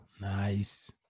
Nice